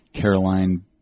Caroline